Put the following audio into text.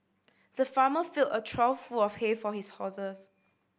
the farmer filled a trough full of hay for his horses